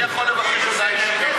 אני יכול לבקש הודעה אישית?